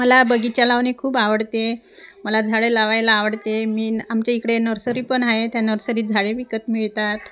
मला बगीचा लावणे खूप आवडते मला झाडे लावायला आवडते मीन आमच्या इकडे नर्सरी पण आहे त्या नर्सरीत झाडे विकत मिळतात